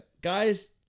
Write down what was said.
Guys